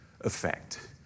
effect